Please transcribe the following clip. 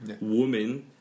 woman